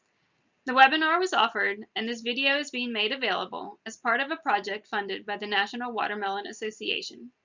the webinar was offered and this video is being made available as part of a project funded by the national watermelon association.